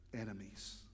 enemies